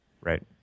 Right